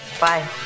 Bye